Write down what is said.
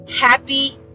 Happy